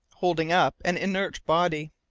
holding up an inert body.